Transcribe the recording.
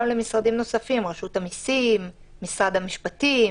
למשרדים נוספים כמו רשות המיסים ומשרד המשפטים.